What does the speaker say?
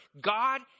God